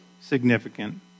significant